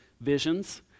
visions